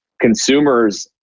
consumers